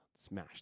smash